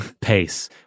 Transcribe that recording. pace